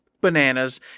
bananas